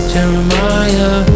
Jeremiah